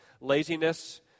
Laziness